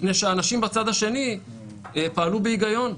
מפני שאנשים בצד השני פעלו בהיגיון,